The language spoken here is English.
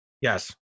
Yes